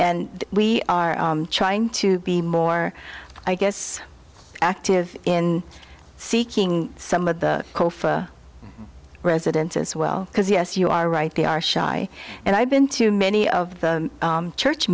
and we are trying to be more i guess active in seeking some of the kofa residents as well because yes you are right they are shy and i've been to many of the church